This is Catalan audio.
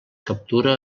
captura